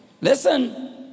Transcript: listen